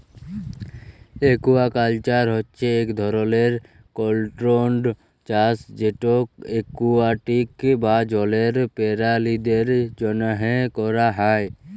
aquaculture হছে ইক ধরলের কল্ট্রোল্ড চাষ যেট একুয়াটিক বা জলের পেরালিদের জ্যনহে ক্যরা হ্যয়